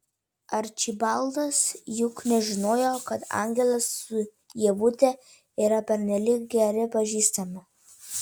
arčibaldas juk nežinojo kad angelas su ievute yra pernelyg geri pažįstami